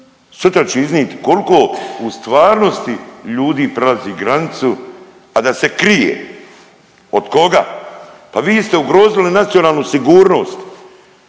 Sutra će iznit kolko u stvarnosti ljudi prelazi granicu, a da se krije od koga? Pa vi ste ugrozili nacionalnu sigurnost,